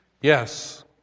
Yes